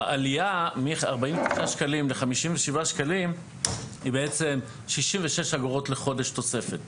העלייה מ-45 שקלים ל-57 שקלים היא בעצם 66 אגורות לחודש תוספת,